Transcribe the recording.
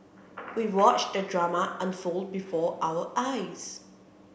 we watched the drama unfold before our eyes